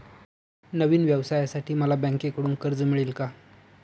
नवीन व्यवसायासाठी मला बँकेकडून कर्ज मिळेल का?